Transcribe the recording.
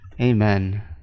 Amen